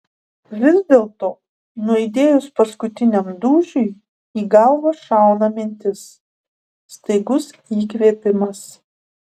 vis dėlto nuaidėjus paskutiniam dūžiui į galvą šauna mintis staigus įkvėpimas